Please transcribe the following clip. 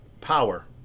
power